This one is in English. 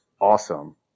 awesome